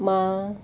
माँ